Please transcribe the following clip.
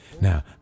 Now